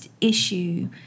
issue